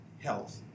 Health